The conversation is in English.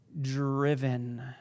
driven